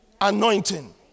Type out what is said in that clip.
anointing